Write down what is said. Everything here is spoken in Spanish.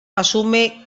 asume